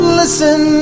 listen